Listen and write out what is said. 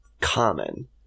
common